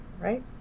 right